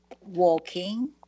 walking